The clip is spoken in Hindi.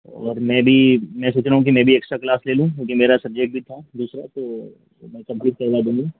और मैं भी मैं सोच रहा हूँ कि मैं भी एक्स्ट्रा क्लास ले लूँ क्योंकि मेरा सब्जेक्ट भी था दूसरा तो मैं कंप्लीट करवा दूँगा